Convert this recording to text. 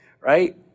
right